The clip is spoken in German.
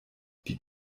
die